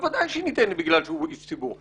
בוודאי שהיא ניתנת בגלל שהוא איש ציבור,